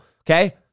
okay